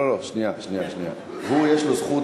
יש לו זכות,